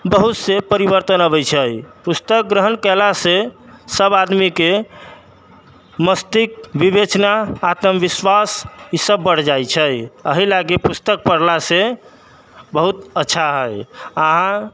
बहुत से परिवर्तन अबै छै पुस्तक ग्रहण कयला से सब आदमी के मस्तिष्क विवेचना आत्म विश्वास इसब बढ़ जाइ छै एहि लागी पुस्तक पढ़ला से बहुत अच्छा हइ अहाँ